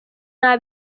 nta